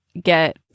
get